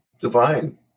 divine